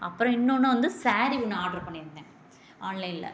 அப்புறம் இன்னொன்று வந்து ஸாரி ஒன்று ஆர்டர் பண்ணியிருந்தேன் ஆன்லைனில்